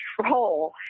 control